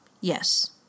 Yes